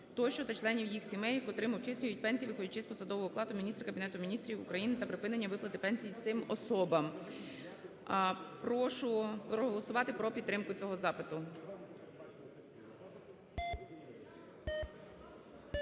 тощо та членів їх сімей, котрим обчислюють пенсії, виходячи з посадового окладу Міністра Кабінету Міністрів України та припинення виплати пенсій цим особам. Прошу проголосувати про підтримку цього запиту.